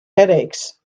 headaches